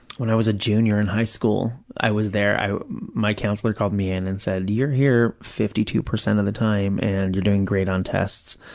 when i was a junior in high school, i was there, my counselor called me in and said, you're here fifty two percent of the time and you're doing great on tests,